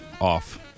off